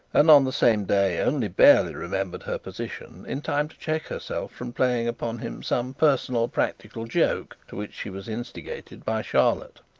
and on the same day only barely remembered her position in time to check herself from playing upon him some personal practical joke to which she was instigated by charlotte.